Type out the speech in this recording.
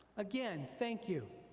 again, thank you,